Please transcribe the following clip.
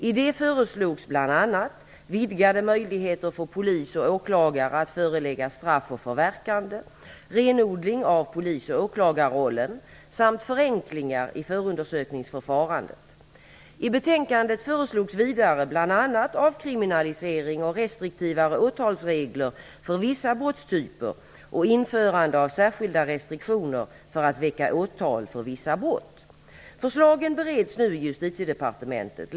I det föreslogs bl.a. vidgade möjligheter för polis och åklagare att förelägga straff och förverkande, renodling av polis och åklagarrollen samt förenklingar i förundersökningsförfarandet. I avkriminalisering och restriktivare åtalsregler för vissa brottstyper och införande av särskilda restriktioner för att väcka åtal för vissa brott. Förslagen bereds nu i Justitiedepartementet.